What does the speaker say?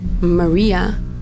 Maria